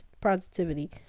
positivity